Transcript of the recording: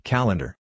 Calendar